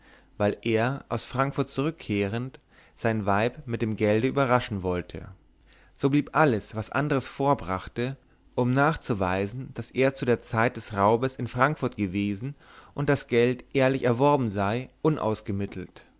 weil er aus frankfurt zurückkehrend sein weib mit dem gelde überraschen wollte so blieb alles was andres vorbrachte um nachzuweisen daß er zur zeit des raubes in frankfurt gewesen und das geld ehrlich erworben sei